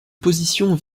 position